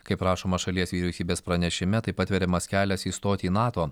kaip rašoma šalies vyriausybės pranešime taip atveriamas kelias įstoti į nato